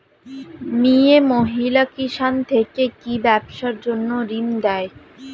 মিয়ে মহিলা কিষান থেকে কি ব্যবসার জন্য ঋন দেয়?